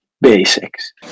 Basics